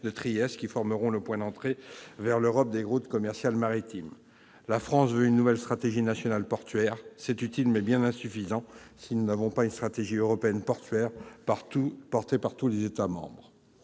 de Trieste, qui deviendront les points d'entrée en Europe des routes commerciales maritimes. La France veut une nouvelle stratégie nationale portuaire : c'est utile, mais bien insuffisant si nous ne disposons pas d'une stratégie européenne portuaire commune à tous les États membres.